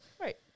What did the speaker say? Right